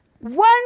One